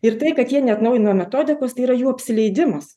ir tai kad jie neatnaujina metodikos tai yra jų apsileidimas